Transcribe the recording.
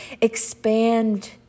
expand